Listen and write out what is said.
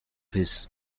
his